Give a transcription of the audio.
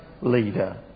leader